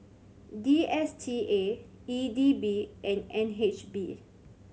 D S T A E D B and N H B